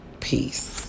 Peace